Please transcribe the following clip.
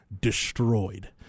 destroyed